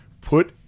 put